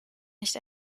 nicht